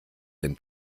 den